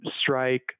strike